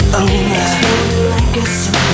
over